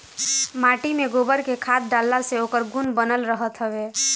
माटी में गोबर के खाद डालला से ओकर गुण बनल रहत हवे